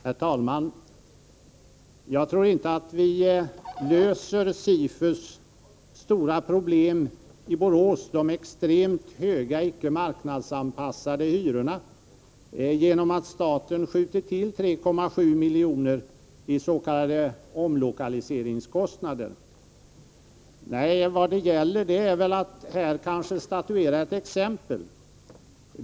Herr talman! Jag tror inte att vi löser SIFU:s stora problem i Borås — de extremt höga, icke marknadsanpassade hyrorna — genom att staten skjuter till 3,7 milj.kr. is.k. omlokaliseringskostnader. Nej, vad det gäller är väl att här statuera ett exempel.